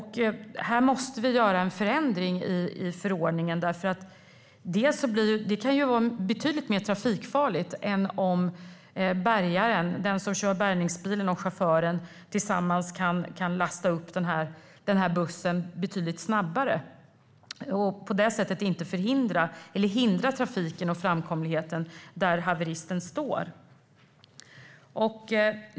Här måste vi göra en förändring i förordningen. Detta kan vara betydligt mer trafikfarligt än då bärgaren - den som kör bärgningsbilen - och chauffören tillsammans kan lasta upp bussen betydligt snabbare och på det sättet undvika att hindra trafiken och framkomligheten där haveristen står.